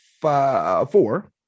four